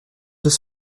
deux